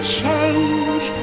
change